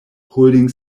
holding